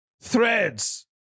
Threads